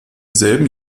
selben